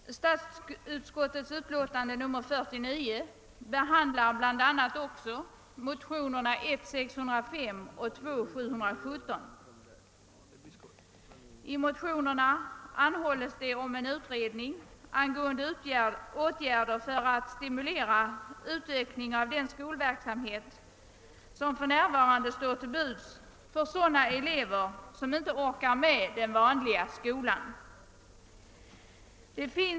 Herr talman! I statsutskottets utlåtande nr 49 behandlas bl.a. motionsparet 1:605 och II:717. I motionerna anhålls om en utredning angående åtgärder för att stimulera en utökning av den skolverksamhet som för närvarande står till buds för sådana elever som inte orkar med den vanliga skolan.